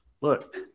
look